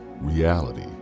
reality